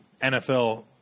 NFL